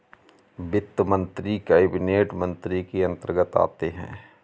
वित्त मंत्री कैबिनेट मंत्री के अंतर्गत आते है